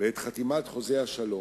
בעת חתימת חוזה השלום,